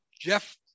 Jeff